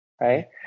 Right